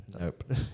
Nope